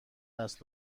است